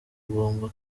ugomba